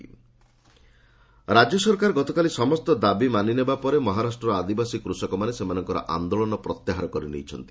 ମହା ଫାର୍ମର ରାଜ୍ୟ ସରକାର ଗତକାଲି ସମସ୍ତ ଦାବି ମାନିନେବା ପରେ ମହାରାଷ୍ଟ୍ରର ଆଦିବାସୀ କୁଷକମାନେ ସେମାନଙ୍କର ଆନ୍ଦୋଳନ ପ୍ରତ୍ୟାହାର କରିନେଇଛନ୍ତି